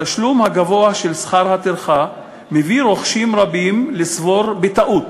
התשלום הגבוה של שכר הטרחה מביא רוכשים רבים לסבור בטעות